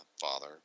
father